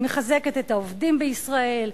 היא מחזקת את העובדים בישראל,